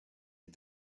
des